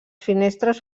finestres